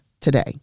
today